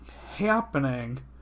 happening